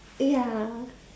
eh ya